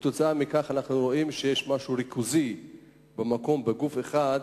וכתוצאה מכך אנחנו רואים שיש משהו ריכוזי בגוף אחד,